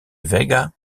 vega